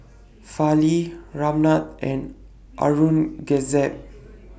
Fali Ramnath and Aurangzeb